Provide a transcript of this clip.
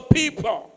people